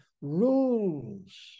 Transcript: rules